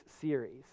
series